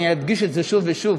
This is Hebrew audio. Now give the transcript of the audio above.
אני אדגיש את זה שוב ושוב,